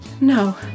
no